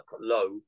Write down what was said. low